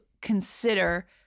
consider